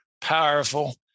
powerful